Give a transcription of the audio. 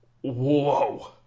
whoa